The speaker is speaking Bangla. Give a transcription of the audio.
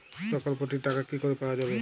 প্রকল্পটি র টাকা কি করে পাওয়া যাবে?